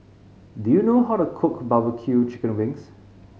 do you know how to cook bbq chicken wings